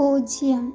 പൂജ്യം